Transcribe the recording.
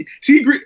see